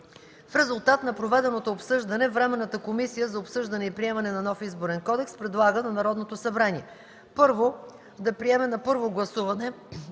В резултат на проведеното обсъждане, Временната комисия за обсъждане и приемане на нов Изборен кодекс предлага на Народното събрание: